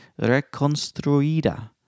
reconstruida